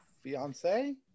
fiance